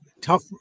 tough